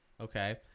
okay